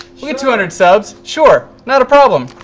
yeah get two hundred subs. sure. not a problem.